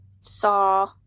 Saw